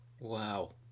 Wow